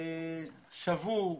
שבור,